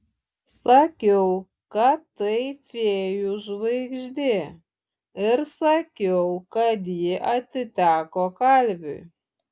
sakiau kad tai fėjų žvaigždė ir sakiau kad ji atiteko kalviui